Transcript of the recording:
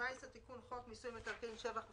"תיקון חוק מיסוי מקרקעין (שבח ורכישה)